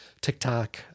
TikTok